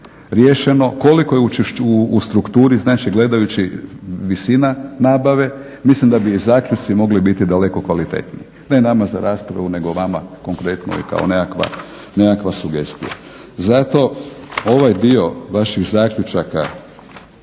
riješeno, koliko je u strukturi znači gledajući visina nabave, mislim da bi i zaključci mogli biti daleko kvalitetniji ne nama za raspravu nego vama konkretno i kao nekakva sugestija. Zato ovaj dio vaših zaključaka